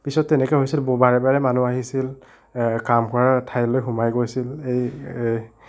পিছত এনেকা হৈছিল বাৰে বাৰে মানুহ আহিছিল কাম কৰা ঠাইলৈ সোমাই গৈছিল এই